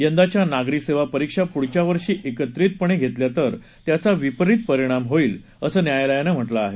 यंदाच्या नागरी सेवा परिक्षा पुढच्या वर्षी एकत्रितपणे घेतल्या तर त्याचा विपरित परिणाम होईल असं न्यायालयाचं म्हणणं आहे